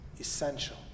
essential